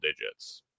digits